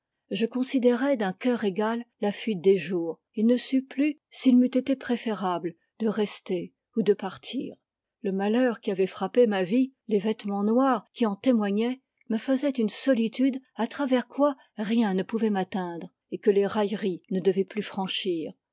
je considérai d'un cœur égal la fuite des jours et ne sus plus s'il m'eût été préférable de rester ou de partir le malheur qui avait frappé ma vie les vêtements noirs qui en témoignaient me faisaient une solitude à travers quoi rien ne pouvait m'atteindre et que les railleries ne devaient plus franchir